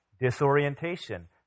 disorientation